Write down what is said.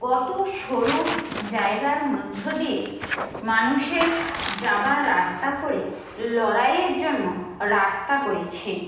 কত সরু জায়গার মধ্য দিয়ে মানুষের যাওয়ার রাস্তা করে লড়াইয়ের জন্য রাস্তা করেছে